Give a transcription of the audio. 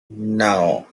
now